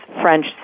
French